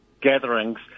gatherings